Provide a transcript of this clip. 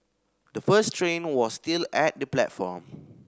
the first train was still at the platform